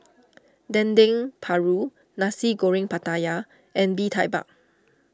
Dendeng Paru Nasi Goreng Pattaya and Bee Tai Mak